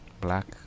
black